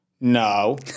no